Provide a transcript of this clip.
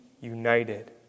united